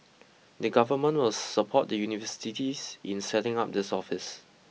the government will support the universities in setting up this office